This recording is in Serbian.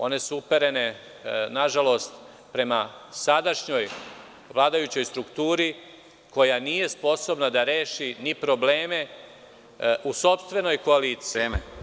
One su uperene, nažalost, prema sadašnjom vladajućoj strukturi koja nije sposobna da reši probleme u sopstvenoj koaliciji.